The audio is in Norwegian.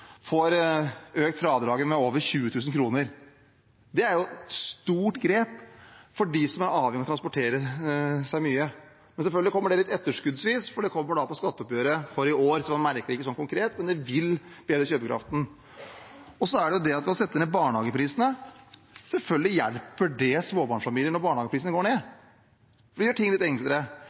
økt fradraget med over 20 000 kr. Det er et stort grep for dem som er avhengig av transport. Men selvfølgelig kommer det litt etterskuddsvis, for det kommer til skatteoppgjøret for i år, så man merker det ikke konkret, men det vil bedre kjøpekraften. Og vi setter ned barnehageprisene, og selvfølgelig hjelper det småbarnsfamiliene når barnehageprisene går ned. Det gjør ting litt enklere.